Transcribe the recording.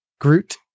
Groot